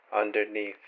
Underneath